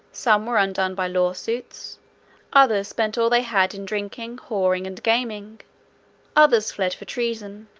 some were undone by lawsuits others spent all they had in drinking, whoring, and gaming others fled for treason